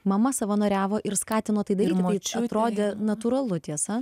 mama savanoriavo ir skatino tai daryti tai atrodė natūralu tiesa